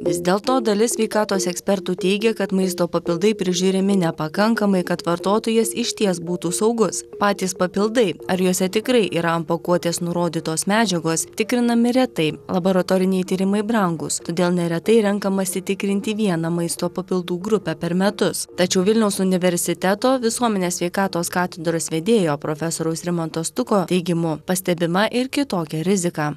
vis dėlto dalis sveikatos ekspertų teigia kad maisto papildai prižiūrimi nepakankamai kad vartotojas išties būtų saugus patys papildai ar juose tikrai yra ant pakuotės nurodytos medžiagos tikrinami retai laboratoriniai tyrimai brangūs todėl neretai renkamasi tikrinti vieną maisto papildų grupę per metus tačiau vilniaus universiteto visuomenės sveikatos katedros vedėjo profesoriaus rimanto stuko teigimu pastebima ir kitokia rizika